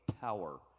power